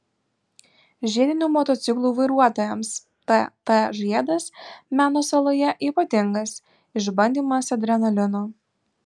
žiedinių motociklų vairuotojams tt žiedas meno saloje ypatingas išbandymas adrenalinu